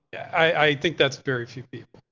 i think that's very few people.